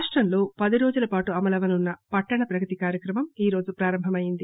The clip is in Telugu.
రాష్టంలో పది రోజుల పాటు అమలువుతున్న పట్టణ ప్రగతి కార్యక్రమం ఈరోజు ప్రారంభమయ్యింది